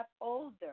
older